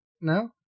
No